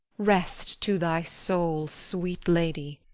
rest to thy soul, sweet lady.